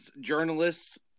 journalists